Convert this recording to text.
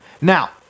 Now